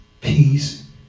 Peace